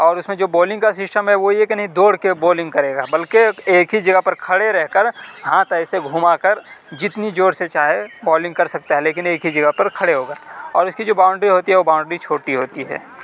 اور اس میں جو بولنگ کا سسٹم ہے وہ یہ کہ نہیں دوڑ کر بولنگ کرے گا بلکہ ایک ہی جگہ پر کھڑے رہ کر ہاتھ ایسے گھما کر جتنی زور سے چاہے بولنگ کرسکتا ہے ہیں لیکن ایک ہی جگہ پر کھڑے ہو كر اور اس كی جو باؤنڈری ہوتی ہے وہ باؤنڈری چھوٹی ہوتی ہے